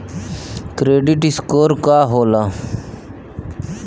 Credit score का होला?